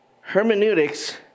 Hermeneutics